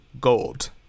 gold